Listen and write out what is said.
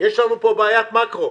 יש לנו פה בעיית מקרו,